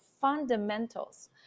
fundamentals